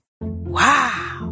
Wow